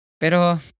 Pero